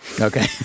Okay